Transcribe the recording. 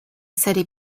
studied